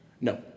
No